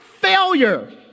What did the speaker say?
failure